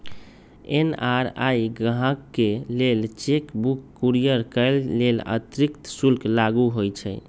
NRI गाहकके लेल cheque book courier करय लेल अतिरिक्त शुल्क लागू होइ छइ